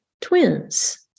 twins